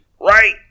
Right